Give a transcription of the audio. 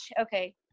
okay